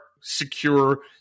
secure